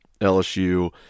LSU